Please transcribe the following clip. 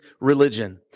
religion